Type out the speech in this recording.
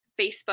Facebook